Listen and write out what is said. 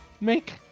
make